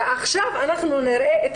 ועכשיו אנחנו נראה את